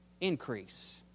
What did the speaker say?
increase